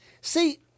See